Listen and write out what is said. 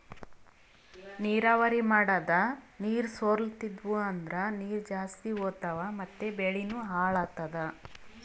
ನೀರಾವರಿ ಮಾಡದ್ ನೀರ್ ಸೊರ್ಲತಿದ್ವು ಅಂದ್ರ ನೀರ್ ಜಾಸ್ತಿ ಹೋತಾವ್ ಮತ್ ಬೆಳಿನೂ ಹಾಳಾತದ